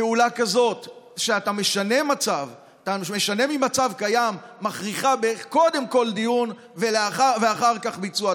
פעולה כזאת שאתה משנה ממצב קיים מכריחה קודם כול דיון ואחר כך ביצוע.